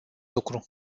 lucru